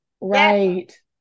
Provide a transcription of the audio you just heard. right